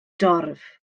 dorf